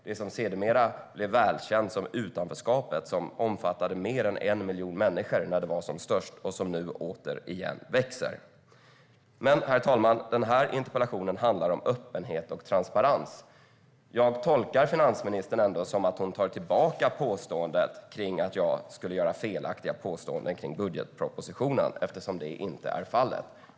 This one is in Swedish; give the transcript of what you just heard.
Detta blev sedermera välkänt som utanförskapet och som omfattade mer än 1 miljon människor när det var som störst och som nu återigen växer. Herr talman! Den här interpellationen handlar om öppenhet och transparens. Jag tolkar ändå finansministern som att hon tar tillbaka påståendet om att jag skulle göra felaktiga påståenden om budgetpropositionen eftersom det inte är fallet.